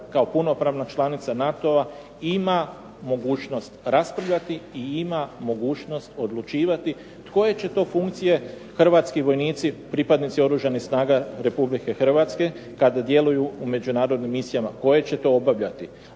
kao punopravna članica NATO-a ima mogućnost raspravljati i ima mogućnost odlučivati koje će to funkcije hrvatski vojnici, pripadnici oružanih snaga Republike Hrvatske, kad djeluju u međunarodnim misijama, koje će to obavljati,